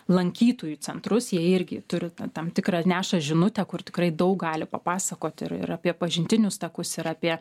lankytojų centrus jie irgi turi tam tikrą neša žinutę kur tikrai daug gali papasakoti ir ir apie pažintinius takus ir apie